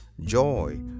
joy